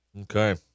Okay